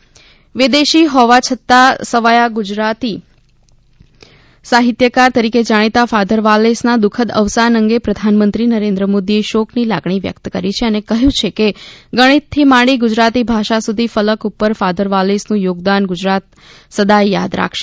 father Valles શ્રદ્ધાંજલી વિદેશી હોવા છતાં સવાયા ગુજરાતી સાહિત્યકાર તરીકે જાણીતા ફાધર વાલેસ ના દુખદ અવસાન અંગે પ્રધાનમંત્રી નરેન્દ્ર મોદી એ શોક ની લાગણી વ્યકત કરી છે અને કહ્યું છે કે ગણિત થી માંડી ગુજરાતી ભાષા સુધીના ફલક ઉપર ફાધર વાલેસ નું યોગદાન ગુજરાત સદાય યાદ રાખશે